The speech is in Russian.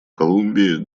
колумбии